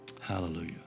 Hallelujah